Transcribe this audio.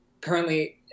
currently